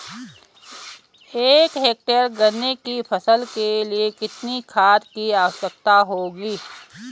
एक हेक्टेयर गन्ने की फसल के लिए कितनी खाद की आवश्यकता होगी?